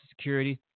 Security